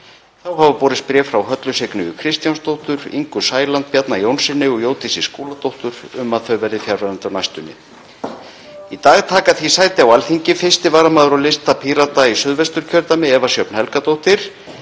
Þá hafa borist bréf frá Höllu Signýju Kristjánsdóttur, Ingu Sæland, Bjarna Jónssyni og Jódísi Skúladóttur um að þau verði fjarverandi á næstunni. Í dag taka því sæti á Alþingi 1. varamaður á lista Pírata í Suðvesturkjördæmi, Eva Sjöfn Helgadóttir,